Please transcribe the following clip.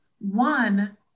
One